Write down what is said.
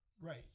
Right